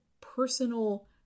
personal